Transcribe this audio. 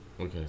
Okay